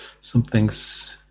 Something's